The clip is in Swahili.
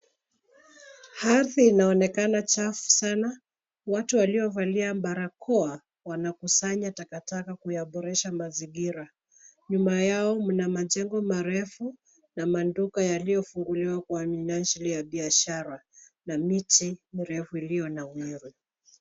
Ardhi inaonekana chafu sana. Watu waliovalia barakoa wanakusanya takataka kuyaboresha mazingira. Nyuma yao mna majengo marefu na maduka yaliyofunguliwa kwa minajili ya biashara na miche mirefu iliyonawiri.